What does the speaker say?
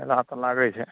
मेला तऽ लागै छै